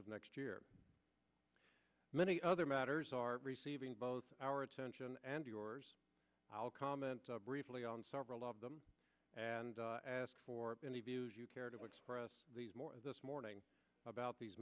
of next year many other matters are receiving both our attention and yours i'll comment briefly on several of them and ask for any views you care to express these more this morning about these